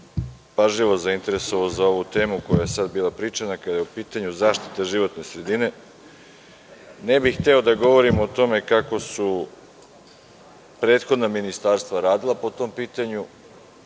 pažljivo zainteresovao za ovu temu koja je sada bila pričana kada je u pitanju zaštita životne sredine. Ne bih hteo da govorim o tome kako su prethodna ministarstva radila po tom pitanju,